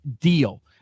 deal